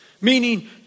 Meaning